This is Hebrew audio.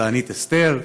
תענית אסתר,